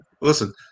Listen